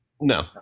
No